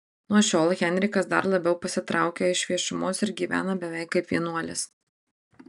nuo šiol henrikas dar labiau pasitraukia iš viešumos ir gyvena beveik kaip vienuolis